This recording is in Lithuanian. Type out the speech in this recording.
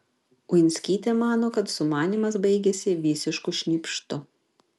uinskytė mano kad sumanymas baigėsi visišku šnypštu